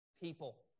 people